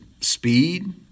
speed